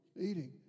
eating